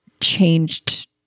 changed